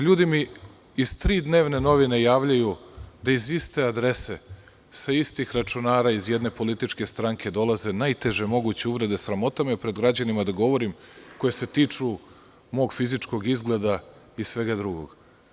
Ljudi mi iz tri dnevne novine javljaju da iz iste adrese, sa istih računara iz jedne političke stranke dolaze najteže moguće uvrede, sramota me pred građanima da govorim, koje se tiču mog fizičkog izgleda i svega drugog.